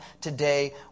today